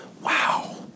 wow